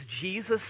Jesus